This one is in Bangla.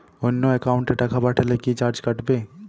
অন্য একাউন্টে টাকা পাঠালে কি চার্জ কাটবে?